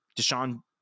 Deshaun